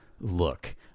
look